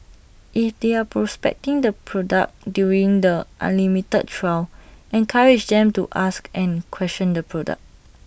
if they are prospecting the product during the unlimited trial encourage them to ask and question the product